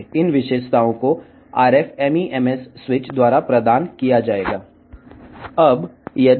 ఈ లక్షణాలు RF MEMS స్విచ్ల ద్వారా అందించబడతాయి